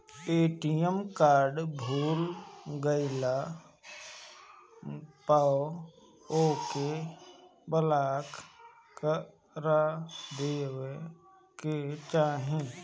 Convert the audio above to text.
ATM card भूला गईला पअ ओके ब्लाक करा देवे के चाही